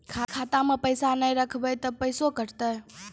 खाता मे पैसा ने रखब ते पैसों कटते?